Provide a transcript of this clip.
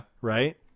Right